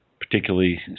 particularly